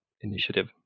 initiative